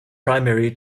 primary